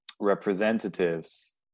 representatives